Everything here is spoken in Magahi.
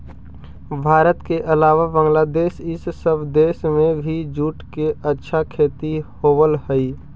भारत के अलावा बंग्लादेश इ सब देश में भी जूट के अच्छा खेती होवऽ हई